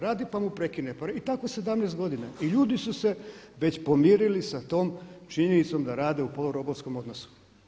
Radi pa mu prekine i tako 17 godina i ljudi su se već pomirili sa tom činjenicom da rade u polu robovskom odnosu.